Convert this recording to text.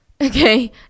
Okay